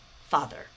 father